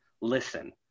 listen